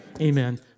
Amen